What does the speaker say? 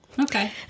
Okay